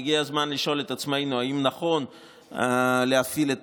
והגיע הזמן לשאול את עצמנו אם נכון להפעיל את